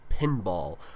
Pinball